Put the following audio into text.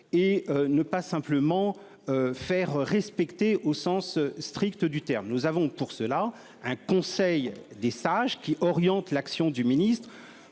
et ne pas simplement faire respecter au sens strict du terme. Nous avons pour cela un conseil des sages qui orientent l'action du ministre